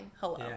hello